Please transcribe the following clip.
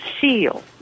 seal